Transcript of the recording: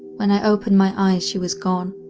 when i opened my eyes she was gone.